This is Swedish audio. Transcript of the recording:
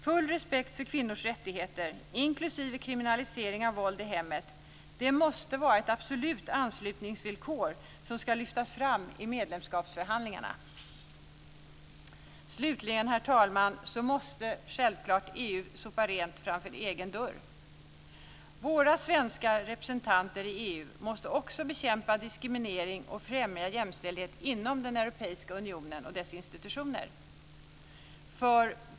Full respekt för kvinnors rättigheter, inklusive kriminalisering av våld i hemmet, måste vara ett absolut anslutningsvillkor som ska lyftas fram i medlemskapsförhandlingarna. Slutligen, herr talman, måste EU självklart sopa rent framför egen dörr. Våra svenska representanter i EU måste också bekämpa diskriminering och främja jämställdhet inom den europeiska unionen och dess institutioner.